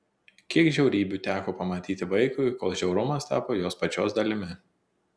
kiek žiaurybių teko pamatyti vaikui kol žiaurumas tapo jos pačios dalimi